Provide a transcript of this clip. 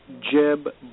Jeb